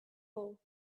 bowl